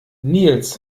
nils